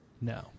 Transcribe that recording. No